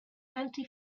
anti